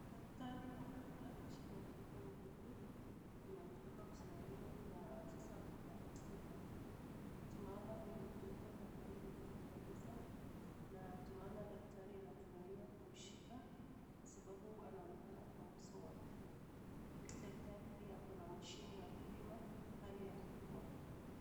Daktari ambaye anashika mtoto mdogo mwenye ametoka kuzaliwa na sasa ako kwa incubator ,tunaona huyu mtoto angalia mdogo kabisa na tunaona daktari anafurahia kumshika kwa sababu anaonekana kwa uso wake, huyu daktari pia ako na mshine ya kupima hali ya kifua.